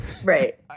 right